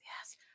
yes